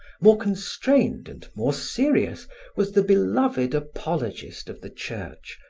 more constrained and more serious was the beloved apologist of the church,